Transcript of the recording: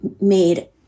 made